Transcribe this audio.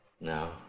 No